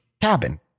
Cabin